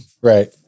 Right